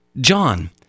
John